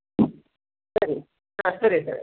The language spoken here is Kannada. ಸರಿ ಹಾಂ ಸರಿ ಸರ್